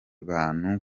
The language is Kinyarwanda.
bantu